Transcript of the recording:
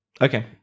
Okay